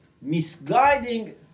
misguiding